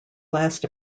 last